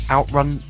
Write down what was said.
Outrun